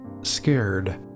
scared